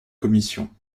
commission